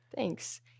Thanks